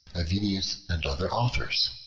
avienus, and other authors.